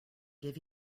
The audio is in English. give